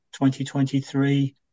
2023